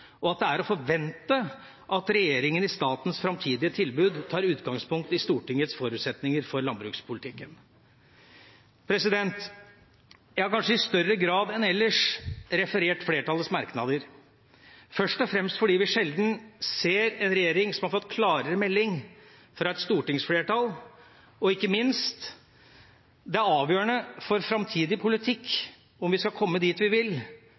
og at det er å forvente at regjeringen i statens fremtidige tilbud tar utgangspunkt i Stortingets forutsetninger for landbrukspolitikken.» Jeg har kanskje i større grad enn ellers referert flertallets merknader, først og fremst fordi vi sjelden ser en regjering som har fått klarere melding fra et stortingsflertall. Det er avgjørende for framtidig politikk, om vi skal komme dit vi vil,